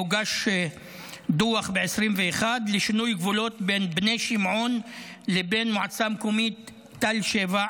הוגש דוח ב-2021 לשינוי גבולות בין בני שמעון לבין מועצה מקומית תל שבע,